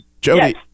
Jody